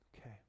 Okay